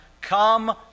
come